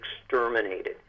exterminated